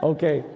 Okay